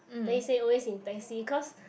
then he say always in taxi cause